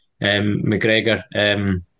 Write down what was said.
McGregor